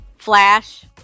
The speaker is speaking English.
Flash